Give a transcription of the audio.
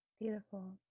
beautiful